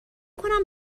کنم